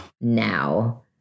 now